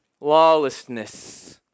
Lawlessness